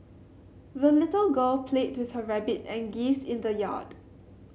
the little girl played with her rabbit and geese in the yard